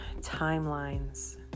timelines